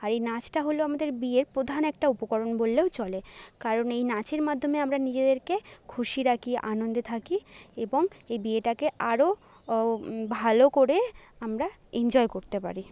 আর এই নাচটা হল আমাদের বিয়ের প্রধান একটা উপকরণ বললেও চলে কারণ এই নাচের মাধ্যমে আমরা নিজেদেরকে খুশি রাখি আনন্দে থাকি এবং এই বিয়েটাকে আরও ভালো করে আমরা ইনজয় করতে পারি